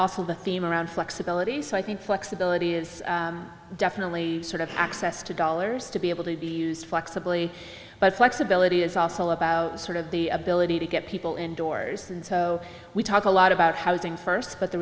o the theme around flexibility so i think flexibility is definitely sort of access to dollars to be able to be used flexibly but flexibility is also about sort of the ability to get people indoors and so we talk a lot about housing first but the